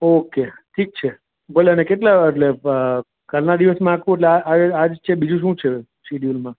okay ઠીક છે ભલે અને કેટલા વાગ્યે કાલના દિવસમાં આખું એટલે આજ આજ છે બીજું શુ છે સિડ્યુલમાં